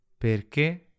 Perché